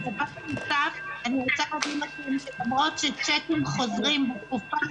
בנוסף אני רוצה לומר שלמרות שצ'קים חוזרים בתקופה